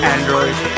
Android